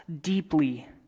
deeply